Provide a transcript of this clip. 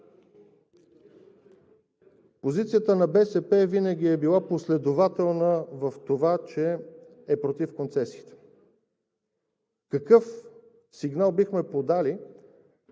Позицията на БСП винаги е била последователна в това, че е против концесиите. Какъв сигнал бихме подали